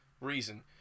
reason